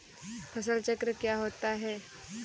फसल चक्र क्या होता है?